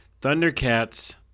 Thundercats